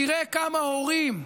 תראה כמה הורים,